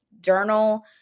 journal